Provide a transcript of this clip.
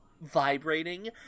vibrating